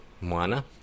Moana